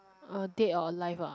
uh dead or alive ah